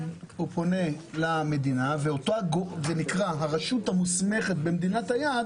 הוא פונה למדינה והרשות המוסמכת במדינת היעד